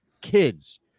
kids